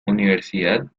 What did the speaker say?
universidad